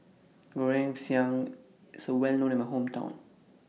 Goreng Pisang IS Well known in My Hometown